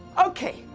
okay,